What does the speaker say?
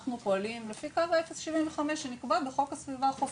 אנחנו פועלים לפי קו האפס 75 שנקבע בחוק הסביבה החופית,